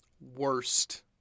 Worst